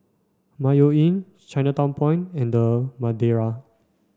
Mayo Inn Chinatown Point and The Madeira